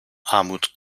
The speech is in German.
armut